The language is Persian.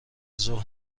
ظهر